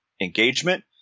engagement